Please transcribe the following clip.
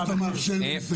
תודה שאתה מאפשר לי לסיים.